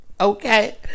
Okay